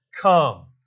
come